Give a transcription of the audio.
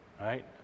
Right